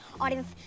audience